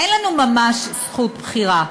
אין לנו ממש זכות בחירה.